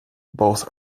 both